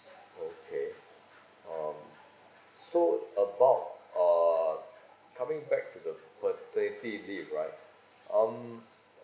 okay um so about uh coming back to the paternity leave right um